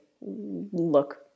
look